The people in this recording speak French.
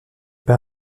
pas